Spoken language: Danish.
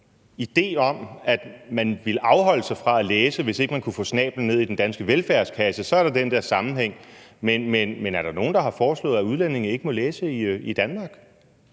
idé om, at man ville afholde sig fra at læse, hvis ikke man kunne få snablen ned i den danske velfærdskasse, så vil der selvfølgelig være den der sammenhæng. Men er der nogen, der har foreslået, at udlændinge ikke må læse i Danmark?